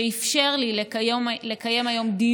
שאפשר לי לקיים היום דיון מיוחד,